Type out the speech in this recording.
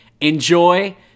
enjoy